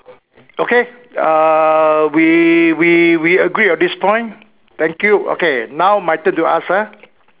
okay err we we we agreed on this point thank you okay now my turn to ask ah